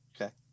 Okay